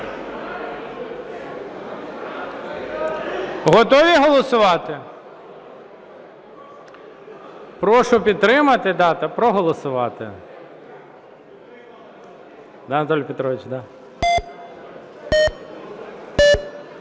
Готові голосувати? Прошу підтримати та проголосувати.